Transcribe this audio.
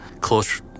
close